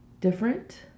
different